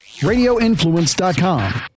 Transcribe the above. Radioinfluence.com